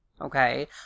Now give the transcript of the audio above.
okay